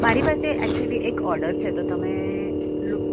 મારી પાસે એક્ચ્યુલી એક ઓર્ડર છે તો તમે લુ